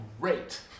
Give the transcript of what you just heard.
great